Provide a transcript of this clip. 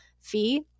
fee